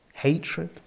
hatred